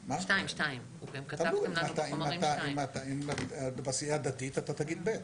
2. כתבתם לנו בחומרים 2. אם אתה בסיעה הדתית אתה תגיד ב'.